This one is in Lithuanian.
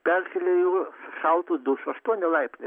persilieju šaltu dušu aštuoni laipsniai